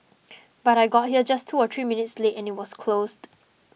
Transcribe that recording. but I got here just two or three minutes late and it was closed